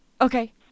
Okay